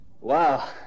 Wow